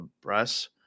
breasts